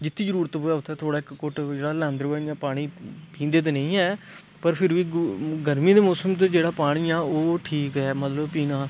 जित्थै जरूरत पवै उत्थै थोह्ड़ा इक घुट्ट जेह्ड़ा लैंदा र'वै इ'यां पानी पींदे ते नेईं है पर फिर बी गु गर्मियें दे मौसम च जेह्ड़ा पानी ऐ ओह् ठीक ऐ मतलब पीना